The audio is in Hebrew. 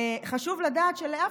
חשוב לדעת שלאף,